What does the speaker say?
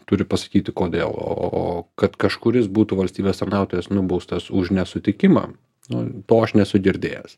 turi pasakyti kodėl o o o kad kažkuris būtų valstybės tarnautojas nubaustas už nesutikimą nu to aš nesu girdėjęs